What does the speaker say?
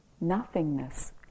nothingness